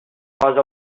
cause